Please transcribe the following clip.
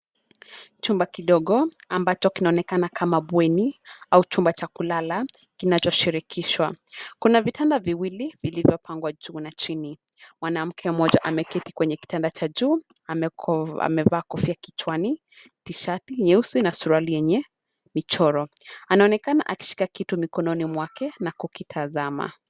Chumba kidogo ambacho kinaonekana kama bweni au chumba cha kulala kinachoshirikishwa. Kuna vitanda viwili vilivyopangwa juu na chini, mwanamke mmoja ameketi kwenye kitanda cha juu, amevaa kofia kichwani, tishati nyeusi na suruali yenye michoro. Anaonekana akishika kitu mikononi mwake na kukitazama.